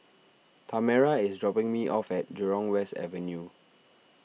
Tamera is dropping me off at Jurong West Avenue